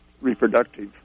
reproductive